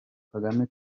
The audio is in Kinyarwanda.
kagame